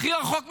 הכי רחוק משם,